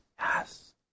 yes